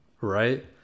right